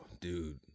dude